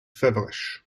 feverish